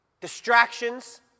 distractions